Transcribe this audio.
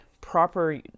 proper